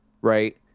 right